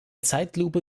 zeitlupe